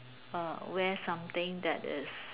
uh wear something that is